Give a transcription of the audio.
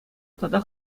тата